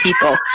people